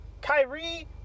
Kyrie